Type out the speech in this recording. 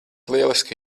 lieliska